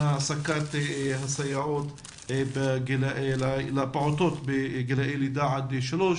העסקת הסייעות לפעוטות בגילאי לידה עד שלוש.